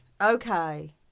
okay